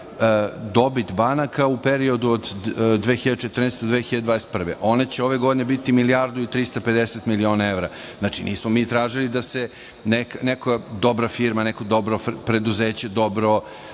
dobit banaka u periodu od 2014. godine do 2021. godine, one će ove godine biti milijardu i 350 miliona evra. Znači, nismo mi tražili da se neka dobra firma, neko dobro preduzeće, koje